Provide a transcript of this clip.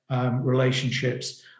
relationships